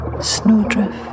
Snowdrift